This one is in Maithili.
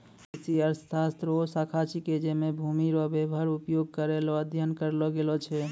कृषि अर्थशास्त्र हौ शाखा छिकै जैमे भूमि रो वेहतर उपयोग करै रो अध्ययन करलो गेलो छै